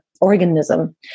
organism